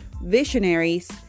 visionaries